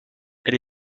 elle